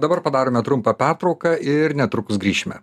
dabar padarome trumpą pertrauką ir netrukus grįšime